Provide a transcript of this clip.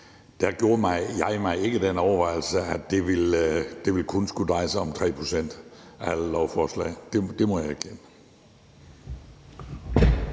gjorde jeg mig ikke den overvejelse, at det kun ville skulle dreje sig om 3 pct. af alle lovforslag. Det må jeg erkende.